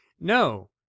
No